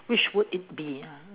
which would it be ah